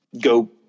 go